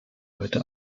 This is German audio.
heute